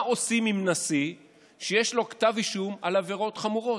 מה עושים עם נשיא שיש לו כתב אישום על עבירות חמורות?